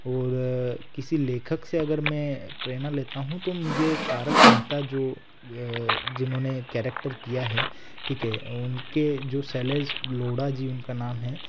और किसी लेखक से अगर मैं प्रेरणा लेता हूँ तो मुझे तारक मेहता जो जिन्होंने कैरक्टर किया है ठीक है उनके जो शैलेश लोढ़ा जी उनका नाम हैं